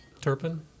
Turpin